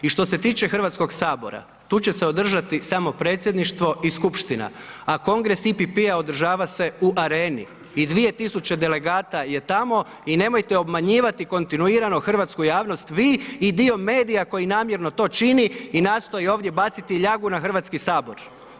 I što se tiče Hrvatskoga sabora, tu će se održati samo predsjedništvo i skupština a Kongres EPP-a održava se u Areni i 2 tisuće delegata je tamo i nemojte obmanjivati kontinuirano hrvatsku javnost vi i dio medija koji namjerno to čini i nastoji ovdje baciti ljagu na Hrvatski sabor.